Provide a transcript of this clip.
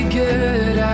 good